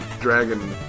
Dragon